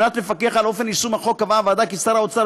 על מנת לפקח על אופן יישום החוק קבעה הוועדה כי שר האוצר,